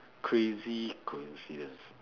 crazy coincidence